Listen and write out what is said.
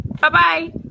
Bye-bye